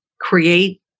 create